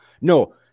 No